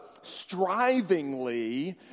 strivingly